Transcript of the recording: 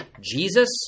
Jesus